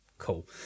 cool